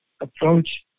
approach